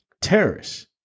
terrorists